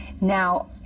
Now